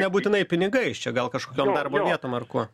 nebūtinai pinigais čia gal kažkokiom darbo vietom ar kuo